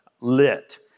lit